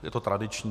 Je to tradiční.